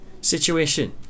situation